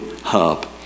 hub